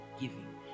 giving